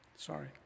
Sorry